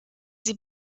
sie